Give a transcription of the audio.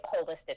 holistic